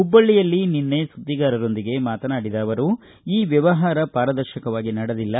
ಹುಬ್ಲಳ್ಳಯಲ್ಲಿ ನಿನ್ನೆ ಸುದ್ದಿಗಾರೊಂದಿಗೆ ಮಾತನಾಡಿದ ಅವರು ಈ ವ್ವವಹಾರ ಪಾರದರ್ಶಕವಾಗಿ ನಡೆದಿಲ್ಲ